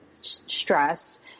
stress